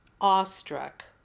awestruck